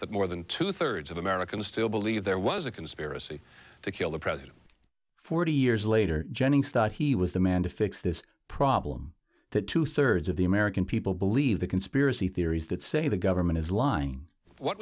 that more than two thirds of americans still believe there was a conspiracy to kill the president forty years later jennings thought he was the man to fix this problem that two thirds of the american people believe the conspiracy theories that say the government is lying what